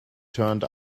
turned